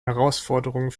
herausforderung